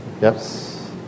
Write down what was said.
Yes